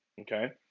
okay